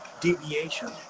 deviation